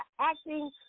acting